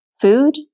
food